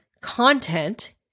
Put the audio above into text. content